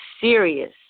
serious